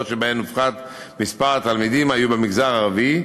שבהן הופחת מספר התלמידים היו במגזר הערבי,